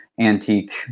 antique